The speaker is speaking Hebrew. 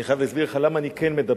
אני חייב להסביר לך למה אני כן מדבר.